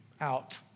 out